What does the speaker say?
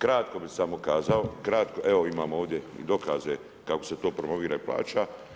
Kratko bi samo kazao, kratko, evo imam ovdje i dokaze kako se to promovira i plaća.